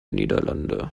niederlande